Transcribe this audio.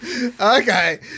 Okay